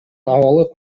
абалы